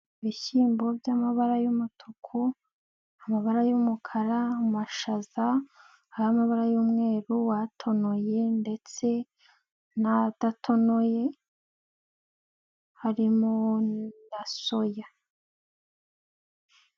Ibishyimbo by'amabara y'umutuku, amabara y'umukara, mashaza ay'amabara y'umweru, atonoye ndetse n'adatonoye, harimo na soya.